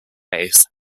bass